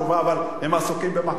אבל הם עסוקים במהפכות אחרות.